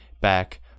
back